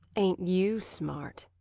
ain't you smart!